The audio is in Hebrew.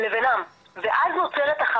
אז אלה הדברים שיש לי לומר.